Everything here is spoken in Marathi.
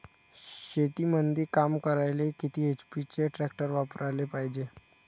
शेतीमंदी काम करायले किती एच.पी चे ट्रॅक्टर वापरायले पायजे?